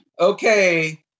okay